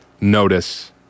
notice